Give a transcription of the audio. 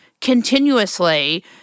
continuously